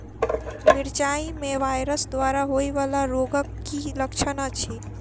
मिरचाई मे वायरस द्वारा होइ वला रोगक की लक्षण अछि?